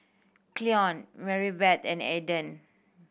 Cleon Maribeth and Eden